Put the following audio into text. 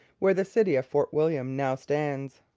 where the city of fort william now stands.